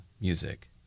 music